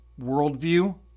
worldview